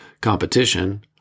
competition